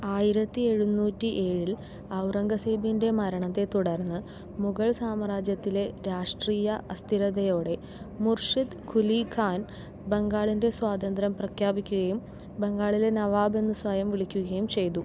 ആയിരത്തി എഴുന്നൂറ്റി എഴിൽ ഔറംഗസീബിൻ്റെ മരണത്തെത്തുടർന്ന് മുഗൾ സാമ്രാജ്യത്തിലെ രാഷ്ട്രീയ അസ്ഥിരതയോടെ മുർഷിദ് കുലി ഖാൻ ബംഗാളിൻ്റെ സ്വാതന്ത്ര്യം പ്രഖ്യാപിക്കുകയും ബംഗാളിലെ നവാബ് എന്ന് സ്വയം വിളിക്കുകയും ചെയ്തു